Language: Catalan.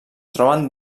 troben